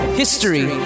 history